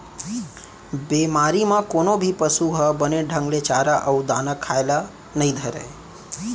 बेमारी म कोनो भी पसु ह बने ढंग ले चारा अउ दाना खाए ल नइ धरय